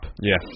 Yes